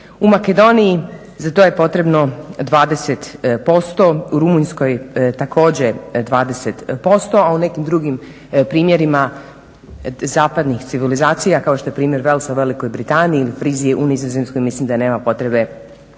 U Makedoniji za to je potrebno 20%, u Rumunjskoj također 20%, a u nekim drugim primjerima zapadnih civilizacija kao što je primjer Velsa u Velikog Britaniji ili Frizije u Nizozemskoj, mislim da nema potrebe